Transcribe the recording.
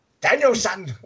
Danielson